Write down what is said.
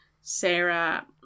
sarah